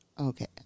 Okay